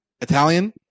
Italian